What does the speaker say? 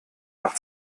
nach